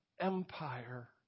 empire